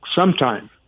sometime